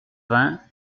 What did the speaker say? vingt